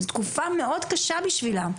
תקופה מאוד קשה בשבילם.